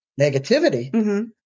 negativity